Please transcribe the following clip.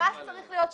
מס צריך להיות שקוף,